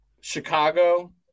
Chicago